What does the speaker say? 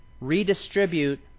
redistribute